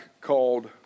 called